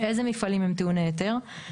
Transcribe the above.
המילה "בהתאם".